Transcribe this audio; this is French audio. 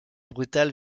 brutale